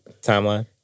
Timeline